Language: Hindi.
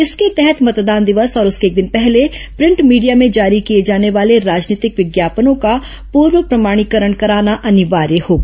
इसके तहत मतदान दिवस और उसके एक दिन पहले प्रिंट मीडिया में जारी किए जाने वाले राजनीतिक विज्ञापनों का पूर्व प्रमाणीकरण कराना अनिवार्य होगा